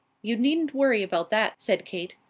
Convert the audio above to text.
you needn't worry about that, said kate.